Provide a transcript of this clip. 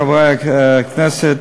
חברי הכנסת,